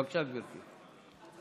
בבקשה, גברתי.